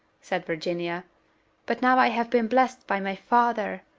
said virginia but now i have been blessed by my father!